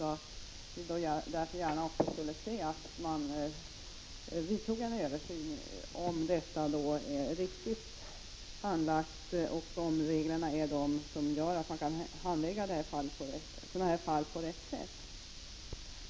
Vi skulle därför gärna vilja se att man gjorde en översyn för att undersöka om handläggningen är den riktiga och om reglerna är så utformade att man kan handlägga sådana här fall på rätt sätt.